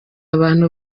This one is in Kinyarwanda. abantu